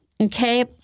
Okay